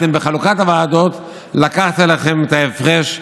אתם בחלוקת הוועדות לקחתם לכם את ההפרש,